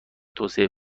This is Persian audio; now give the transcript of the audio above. توسعه